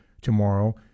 tomorrow